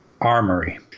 armory